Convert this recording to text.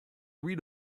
read